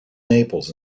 naples